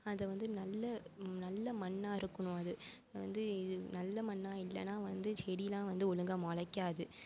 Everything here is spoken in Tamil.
அதை வந்து நல்ல நல்ல மண்ணா இருக்கனும் அது வந்து இது நல்ல மண்ணா இல்லைனா வந்து செடிலாம் வந்து ஒழுங்காக முளைக்காது